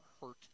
hurt